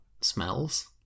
smells